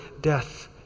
death